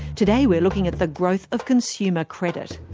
today we're looking at the growth of consumer credit.